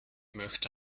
möchte